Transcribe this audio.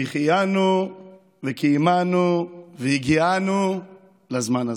שהחיינו וקיימנו והגיענו לזמן הזה.